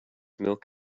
milk